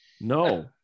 no